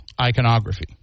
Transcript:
iconography